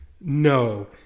no